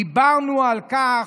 דיברנו על כך,